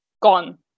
gone